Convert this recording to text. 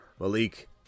Malik